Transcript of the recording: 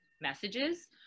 messages